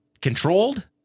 Controlled